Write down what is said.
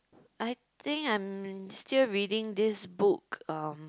I think I'm still reading this book um